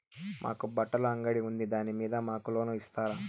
మాకు బట్టలు అంగడి ఉంది దాని మీద మాకు లోను ఇస్తారా